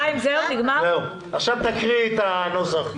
עכשיו תקראי את הנוסח.